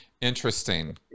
Interesting